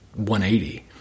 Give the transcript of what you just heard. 180